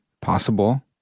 possible